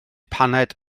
paned